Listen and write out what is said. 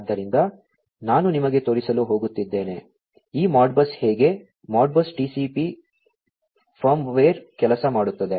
ಆದ್ದರಿಂದ ನಾನು ನಿಮಗೆ ತೋರಿಸಲು ಹೋಗುತ್ತಿದ್ದೇನೆ ಈ ಮಾಡ್ಬಸ್ ಹೇಗೆ Modbus TCP ಫರ್ಮ್ವೇರ್ ಕೆಲಸ ಮಾಡುತ್ತದೆ